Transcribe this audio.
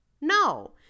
No